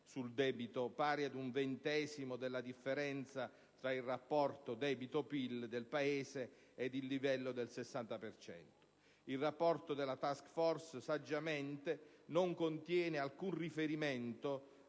sul debito, pari a un ventesimo della differenza tra il rapporto debito/PIL del Paese e il livello del 60 per cento. Il rapporto della *task force*, saggiamente, non contiene alcun riferimento